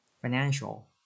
Financial